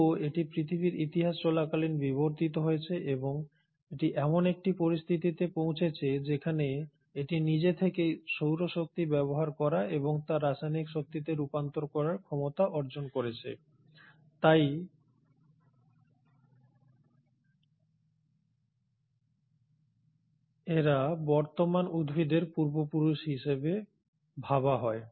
তবুও এটি পৃথিবীর ইতিহাস চলাকালীন বিবর্তিত হয়েছে এবং এটি এমন একটি পরিস্থিতিতে পৌঁছেছে যেখানে এটি নিজে থেকেই সৌর শক্তি ব্যবহার করা এবং তা রাসায়নিক শক্তিতে রূপান্তর করার সক্ষমতা অর্জন করেছে তাই এদের বর্তমান উদ্ভিদের পূর্বপুরুষ হিসাবে ভাবা হয়